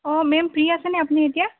অ ma'am free আছেনে আপুনি এতিয়া